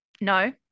No